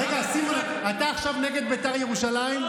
רגע, סימון, אתה עכשיו נגד בית"ר ירושלים?